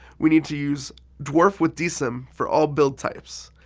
we need to use dwarf with dsym for all build types.